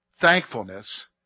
Thankfulness